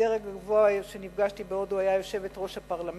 הדרג הגבוה שנפגשתי עמו בהודו היה יושבת-ראש הפרלמנט,